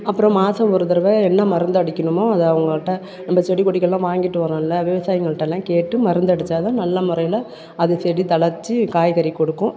அப்புறம் மாதம் ஒரு தரவை என்ன மருந்து அடிக்கணுமோ அதை அவுங்கள்கிட்ட நம்ப செடி கொடிகளெலாம் வாங்கிட்டு வர்றோம்லை விவசாயிங்கள்கிட்டலாம் கேட்டு மருந்தடிச்சால் தான் நல்ல முறையில அது செடி தழைச்சு காய்கறி கொடுக்கும்